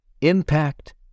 impact